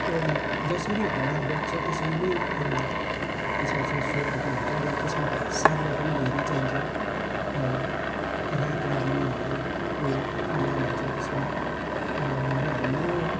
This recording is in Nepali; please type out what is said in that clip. एउटा जसरी हावा बग्छ त्यसरी नै एउटा त्यसमा चाहिं स्वर बग्ने हुन्छ र त्यसमा साधना पनि धेरै चाहिन्छ राग रागिनीहरूको ज्ञान हुन्छ त्यसमा र हाम्रो